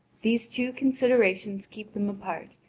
these two considerations keep them apart,